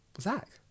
Zach